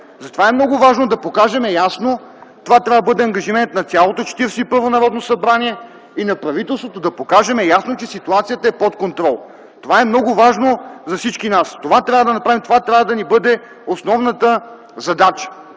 Затова е много важно да покажем ясно – това трябва да бъде ангажимент на цялото Четиридесет и първо Народно събрание и на правителството, да покажем ясно, че ситуацията е под контрол. Това е много важно за всички нас. Това трябва да направим, това трябва да бъде основната ни задача